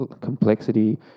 complexity